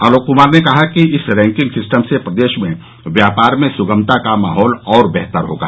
आलोक क्मार ने कहा कि इस रैंकिंग सिस्टम से प्रदेश में व्यापार में स्गमता का माहौल और बेहतर होगा